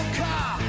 car